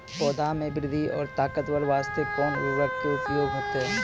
पौधा मे बृद्धि और ताकतवर बास्ते कोन उर्वरक के उपयोग होतै?